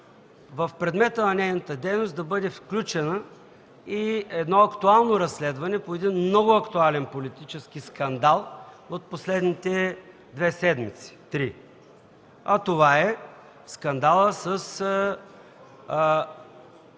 в предмета на нейната дейност да бъде включено и актуално разследване по един много актуален политически скандал от последните две-три седмици. Това е скандалът с